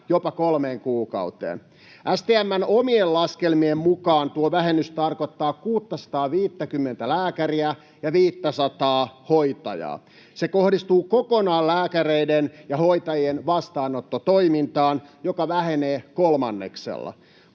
jopa kolmeen kuukauteen. STM:n omien laskelmien mukaan tuo vähennys tarkoittaa 650:tä lääkäriä ja 500:aa hoitajaa. Se kohdistuu kokonaan lääkäreiden ja hoitajien vastaanottotoimintaan, joka vähenee kolmanneksella.